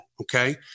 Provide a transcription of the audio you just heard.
Okay